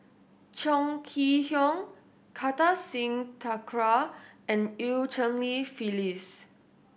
Chong Kee Hiong Kartar Singh Thakral and Eu Cheng Li Phyllis